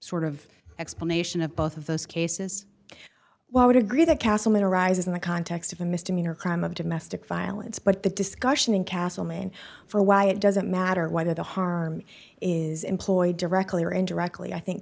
sort of explanation of both of those cases well i would agree that castle it arises in the context of a misdemeanor crime of domestic violence but the discussion in castlemaine for why it doesn't matter whether the harm is employed directly or indirectly i think